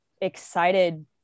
excited